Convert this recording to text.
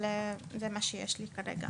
זה מה שיש לי לומר כרגע.